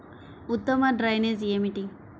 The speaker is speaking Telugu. ఉత్తమ డ్రైనేజ్ ఏమిటి?